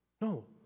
No